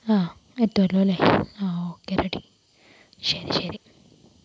ആ എത്തുവല്ലോ അല്ലെ ഓക്കെ റെഡി ശരി ശരി